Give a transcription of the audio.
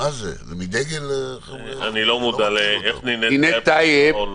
אני לא מודע לאיך נינט טייב --- מה טייב,